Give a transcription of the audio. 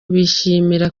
bishimira